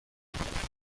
نگهدارید